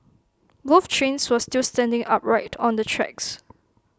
both trains were still standing upright on the tracks